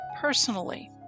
personally